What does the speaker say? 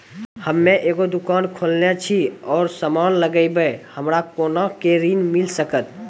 हम्मे एगो दुकान खोलने छी और समान लगैबै हमरा कोना के ऋण मिल सकत?